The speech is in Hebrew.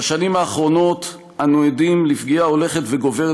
בשנים האחרונות אנו עדים לפגיעה הולכת וגוברת